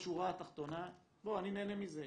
בשורה התחתונה אני נהנה מזה,